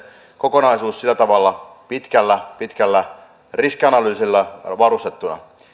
kokonaisuus sillä tavalla pitkällä pitkällä riskianalyysillä varustettuna